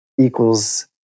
equals